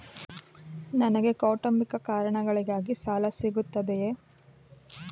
ನನಗೆ ಕೌಟುಂಬಿಕ ಕಾರಣಗಳಿಗಾಗಿ ಸಾಲ ಸಿಗುತ್ತದೆಯೇ?